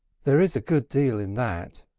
there is a good deal in that,